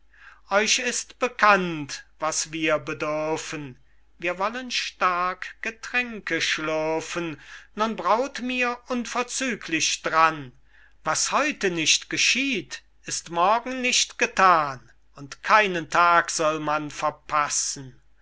euch ist bekannt was wir bedürfen wir wollen stark getränke schlürfen nun braut mir unverzüglich dran was heute nicht geschieht ist morgen nicht gethan und keinen tag soll man verpassen